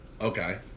Okay